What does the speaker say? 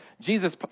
Jesus